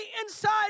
inside